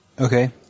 Okay